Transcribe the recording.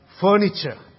furniture